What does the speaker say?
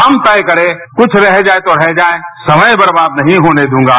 हम तय करें कुछ रह जाए तो रह जाए समय बर्बाद नहीं होने दूंगा